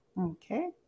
Okay